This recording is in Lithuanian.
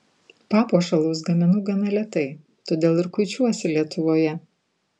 papuošalus gaminu gana lėtai todėl ir kuičiuosi lietuvoje